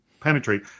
penetrate